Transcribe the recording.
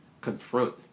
confront